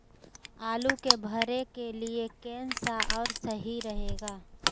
आलू के भरे के लिए केन सा और सही रहेगा?